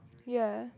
ya